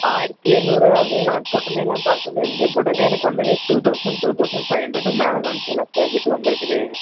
ஆயிரத்தி எழுநூறு அப்படின்னா உடனேலாம் பார்க்க முடியாதுங்க சார் இப்போ உடனே எனக்கு வந்ததே two thousand two thousand five hundred மேல் தாங்க சார் எல்லா ஸ்கொயர் ஃபீட்டும் வந்திருக்குது